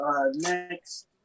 Next